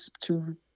two